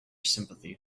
sympathy